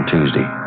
Tuesday